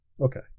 Okay